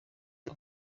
abo